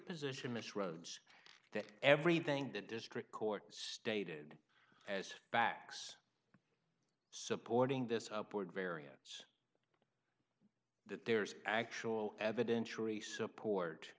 position miss rose that everything the district court stated as facts supporting this upward variance that there's actual evidentiary support